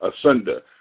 asunder